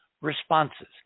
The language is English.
responses